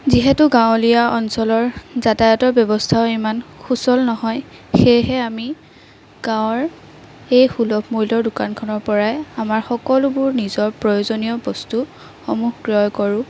যিহেতু গাঁৱলীয়া অঞ্চলৰ যাতায়তৰ ব্যৱস্থাও ইমান সুচল নহয় সেয়েহে আমি গাঁৱৰ সেই সুলভ মূল্যৰ দোকানখনৰ পৰাই আমাৰ সকলোবোৰ নিজৰ প্ৰয়োজনীয় বস্তুসমূহ ক্ৰয় কৰোঁ